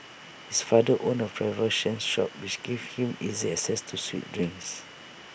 his father owned A provision shop which gave him easy access to sweet drinks